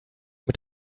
mit